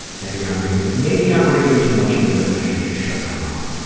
maybe i'm reading, maybe i'm reading too much into it and i should just shut my mouth.